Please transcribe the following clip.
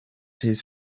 his